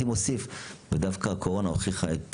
אני הייתי מוסיף ודווקא הקורונה הוכיחה את